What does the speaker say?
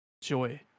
joy